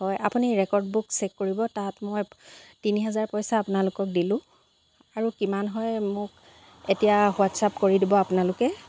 হয় আপুনি record book check কৰিব তাত মই তিনি হাজাৰ পইচা আপোনালোকক দিলোঁ আৰু কিমান হয় মোক এতিয়া হোৱাটছ আপ কৰি দিব আপোনালোকে